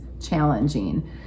challenging